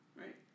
Right